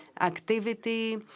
activity